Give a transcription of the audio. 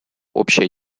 общее